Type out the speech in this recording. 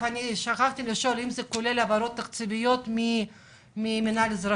לשאול אם זה כולל העברות תקציביות מהמנהל האזרחי.